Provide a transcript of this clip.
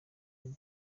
iri